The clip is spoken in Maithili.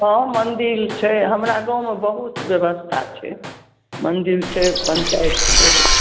हँ मन्दिल छै हमरा गाँवमे बहुत ब्यवस्था छै मन्दिल छै पञ्चायत छै